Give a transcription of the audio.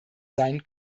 sein